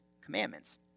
commandments